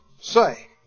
say